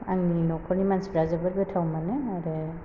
आंनि नखरनि मानसिफ्रा जोबोर गोथाव मोनो आरो